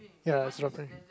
ya it's dropping